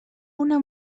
una